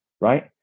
right